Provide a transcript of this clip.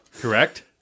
correct